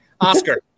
Oscar